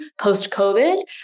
post-COVID